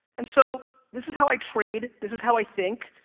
and so, this is how i trade. this is how i think.